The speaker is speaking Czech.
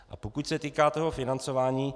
A pokud se týká toho financování.